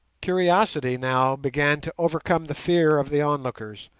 curiosity now began to overcome the fear of the onlookers,